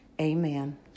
Amen